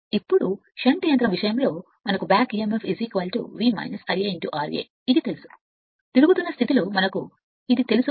ఇప్పుడు షంట్ యంత్రం విషయంలో మనకు ఇది తెలుసు back emf V Ia ra తిరుగుతున్న స్థితిలో మనకు తెలుసు కనుక ఇది Eb V Ia ra